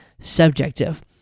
subjective